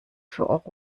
für